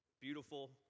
Beautiful